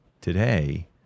today